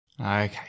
Okay